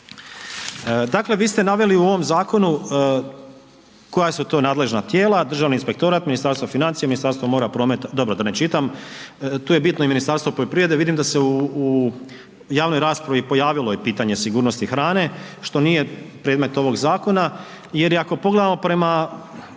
Dakle, vi ste naveli u ovom zakonu koja su to nadležna tijela, državni inspektorat, Ministarstvo financija, Ministarstvo mora, prometa, dobro da ne čitam, tu je bitno i Ministarstvo poljoprivrede. Vidim da se u, u javnoj raspravi pojavilo i pitanje sigurnosti hrane što nije predmet ovog zakona jer ako pogledamo prema